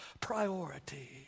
priority